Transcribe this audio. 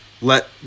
let